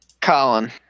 Colin